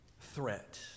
threat